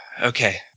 Okay